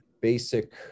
basic